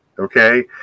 Okay